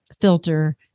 filter